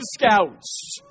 Scouts